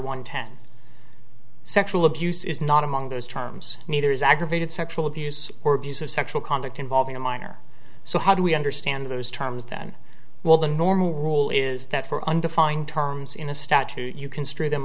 one ten sexual abuse is not among those terms neither is aggravated sexual abuse or abuse of sexual conduct involving a minor so how do we understand those terms that well the normal rule is that for undefined terms in a statute you construe them